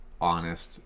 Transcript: honest